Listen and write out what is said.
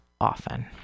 often